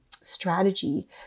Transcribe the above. strategy